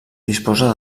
disposa